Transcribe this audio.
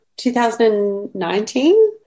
2019